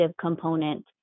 component